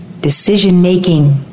Decision-making